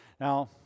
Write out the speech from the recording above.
Now